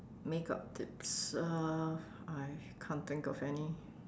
makeup tips uh I can't think of any